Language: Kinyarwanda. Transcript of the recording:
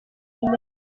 meza